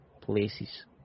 places